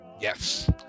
Yes